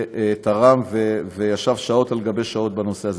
שתרם וישב שעות על שעות בנושא הזה.